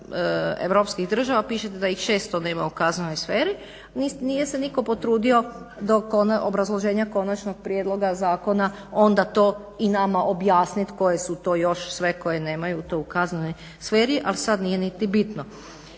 Europskih država, pišete da ih 6 onda ima u kaznenoj sferi. Nije se nitko potrudio dok kod obrazloženja konačnog prijedloga zakona onda to i nama objasnit koje su to sve koje nemaju to u kaznenoj sferi, al sad nije niti bitno.